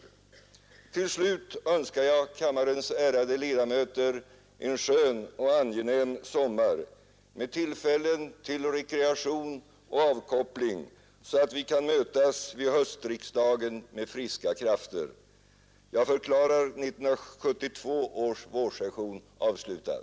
Nr 95 Till slut önskar jag kammarens ärade ledamöter och personal en skön Onsdagen den och angenäm sommar med tillfällen till rekreation och avkoppling så att — 31] maj 1972 vi kan mötas vid höstriksdagen med friska krafter. OS Jag förklarar 1972 års vårsession avslutad.